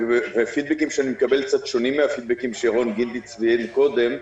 הפידבקים שאני מקבל קצת שונים מהפידבקים שירון גינדי ציין קודם.